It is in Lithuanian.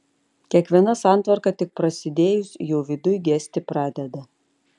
kiekviena santvarka tik prasidėjus jau viduj gesti pradeda